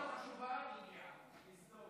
דעתה לא חשובה והיא הגיעה.